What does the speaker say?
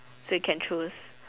so you can choose